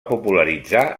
popularitzar